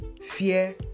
fear